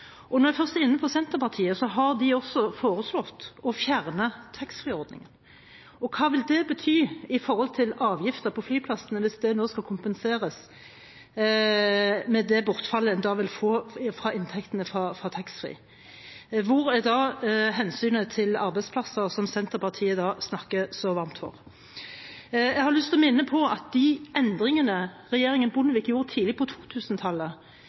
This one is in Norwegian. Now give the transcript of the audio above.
presenterer. Når jeg først er inne på Senterpartiet, har de også foreslått å fjerne taxfree-ordningen. Hva vil det bety for flyplassavgiftene hvis det nå skal kompenseres for det bortfallet en vil få av inntektene fra taxfree? Hvor er da hensynet til arbeidsplasser, som Senterpartiet snakker så varmt for? Jeg har lyst til å minne om at de endringene regjeringen Bondevik gjorde tidlig på